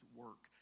work